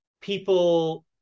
people